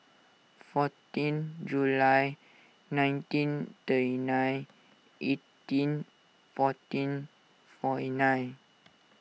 fourteen July nineteen thirty nine eighteen fourteen forty nine